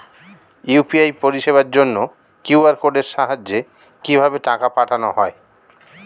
UPI পরিষেবার জন্য QR কোডের সাহায্যে কিভাবে টাকা পাঠানো হয়?